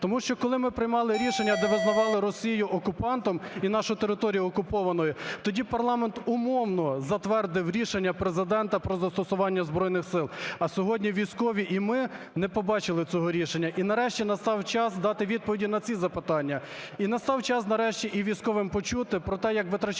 Тому що, коли ми приймали рішення, де визнавали Росію окупантом і нашу територію окупованою, тоді парламент умовно затвердив рішення Президента про застосування Збройних Сил, а сьогодні військові і ми не побачили цього рішення. І нарешті настав час дати відповіді на ці запитання, і настав час нарешті і військовим почути про те, як витрачаються